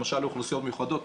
למשל לאוכלוסיות מיוחדת.